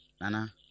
Nana